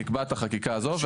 נקבע את החקיקה הזאת,